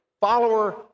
follower